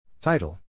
Title